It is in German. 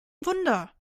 wunder